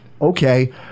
Okay